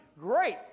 great